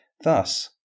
Thus